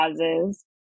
causes